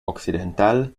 occidental